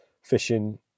fishing